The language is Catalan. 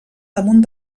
damunt